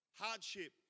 hardship